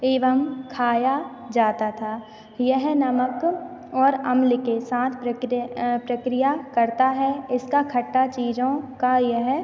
एवं खाया जाता था यह नमक और अम्ल के साथ प्रक्रिया प्रक्रिया करता है इसका खट्टा चीज़ों का यह